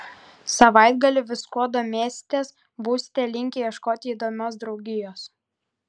savaitgalį viskuo domėsitės būsite linkę ieškoti įdomios draugijos